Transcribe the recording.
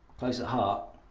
close at heart.